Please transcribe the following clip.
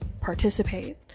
participate